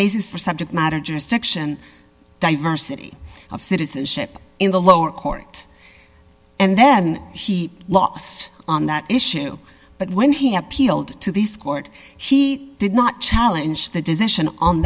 basis for subject matter jurisdiction diversity of citizenship in the lower court and then he lost on that issue but when he appealed to this court she did not challenge the decision on